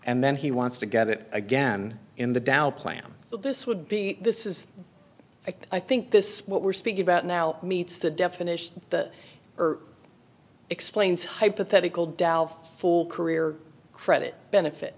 and then he wants to get it again in the dow plan but this would be this is i think this what we're speaking about now meets the definition that explains hypothetical dow full career credit benefit